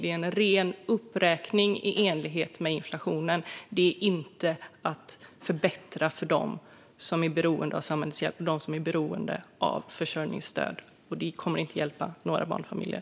Det är en ren uppräkning i enlighet med inflationen, och det är inte att förbättra för dem som är beroende av samhällets hjälp och dem som är beroende av försörjningsstöd. Det kommer inte att hjälpa några barnfamiljer.